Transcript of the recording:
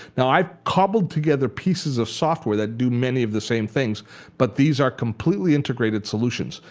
now i've cobbled together pieces of software that do many of the same things but these are completely integrated solutions.